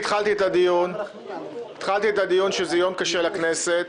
התחלתי את הדיון ואמרתי שזה יום קשה לכנסת